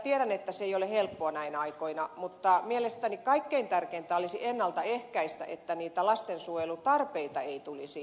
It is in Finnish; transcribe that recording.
tiedän että se ei ole helppoa näinä aikoina mutta mielestäni kaikkein tärkeintä olisi ennalta ehkäistä että niitä lastensuojelutarpeita ei tulisi